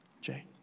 Jay